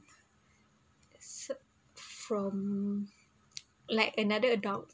s~ from like another adult